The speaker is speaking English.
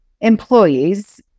employees